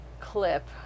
clip